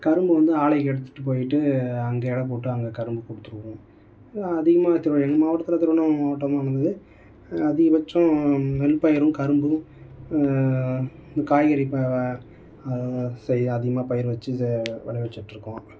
கரும்பு வந்து ஆலைக்கு எடுத்துகிட்டு போய்விட்டு அங்கே எடை போட்டு அங்கே கரும்பை கொடுத்துடுவோம் அதிகமாக திருவண் எங்கள் மாவட்டத்தில் திருவண்ணாமலை மாவட்டமானது அதிகபட்சம் நெல் பயிரும் கரும்பும் காய்கறி பா செய்ய அதிகமாக பயிர் வெச்சு செ விளைய வெச்சுட்டுருக்கோம்